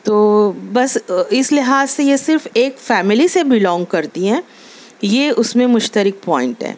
تو بس اس لحاظ سے یہ صرف ایک فیملی سے بلونگ کرتی ہیں یہ اس میں مشترک پوائنٹ ہے